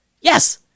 yes